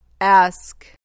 Ask